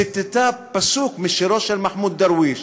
ציטטה פסוק משירו של מחמוד דרוויש,